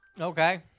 Okay